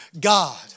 God